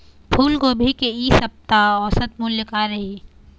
फूलगोभी के इ सप्ता औसत मूल्य का रही?